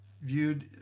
viewed